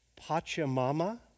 Pachamama